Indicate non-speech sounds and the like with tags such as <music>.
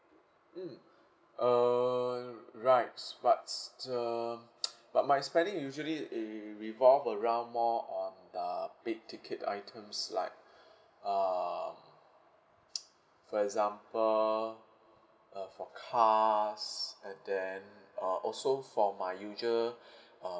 mm <breath> uh rights but s~ the but my spending usually i~ revolved around more on the big ticket items like <breath> um for example uh for cars and then uh also for my usual <breath> uh